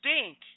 stink